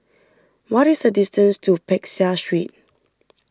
what is the distance to Peck Seah Street